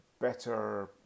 better